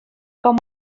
com